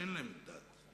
שאין להם דת.